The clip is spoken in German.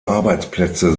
arbeitsplätze